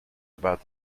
about